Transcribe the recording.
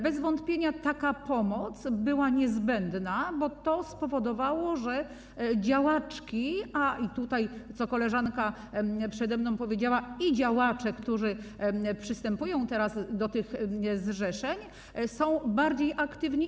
Bez wątpienia taka pomoc była niezbędna, bo to spowodowało, że działaczki, a także - co koleżanka przede mną powiedziała - działacze, którzy przystępują teraz do tych zrzeszeń, są bardziej aktywni.